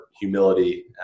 humility